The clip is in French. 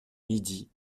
midi